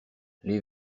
leurs